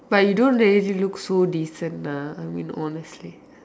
but you don't really look so decent lah I mean honestly